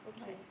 okay